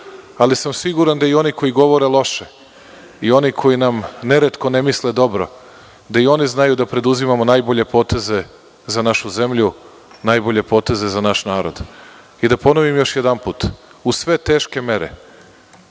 ali sam siguran da i oni koji govore loše i oni koji nam neretko ne misle dobro, da i oni znaju da preduzimamo najbolje poteze za našu zemlju, za naš narod. Ponoviću još jednom, uz sve teške mere,